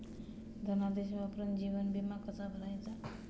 धनादेश वापरून जीवन विमा कसा भरायचा?